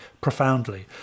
profoundly